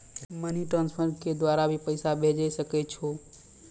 Money transfer के द्वारा भी पैसा भेजै सकै छौ?